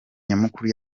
nyamukuru